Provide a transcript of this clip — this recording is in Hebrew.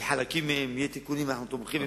בחלקים מהן יהיו תיקונים, ואנחנו תומכים ומקדמים.